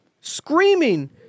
screaming